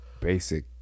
basic